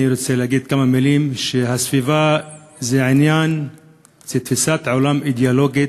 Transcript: אני רוצה להגיד כמה מילים: הסביבה זה תפיסת עולם אידיאולוגית,